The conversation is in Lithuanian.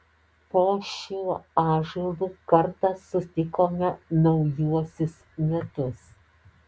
po šiuo ąžuolu kartą sutikome naujuosius metus